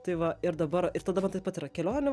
tai va ir dabar ir tada taip pat yra kelionių